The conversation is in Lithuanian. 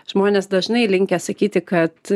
žmonės dažnai linkę sakyti kad